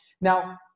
Now